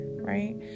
right